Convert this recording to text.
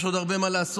יש עוד הרבה מה לעשות,